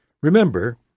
Remember